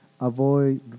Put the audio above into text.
avoid